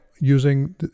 using